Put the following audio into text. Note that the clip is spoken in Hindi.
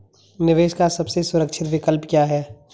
निवेश का सबसे सुरक्षित विकल्प क्या है?